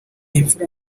impfura